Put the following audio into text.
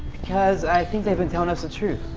because i think they've been telling us truth.